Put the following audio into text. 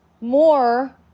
more